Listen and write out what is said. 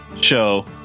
show